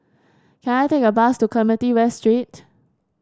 can I take a bus to Clementi West Street